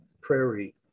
prairie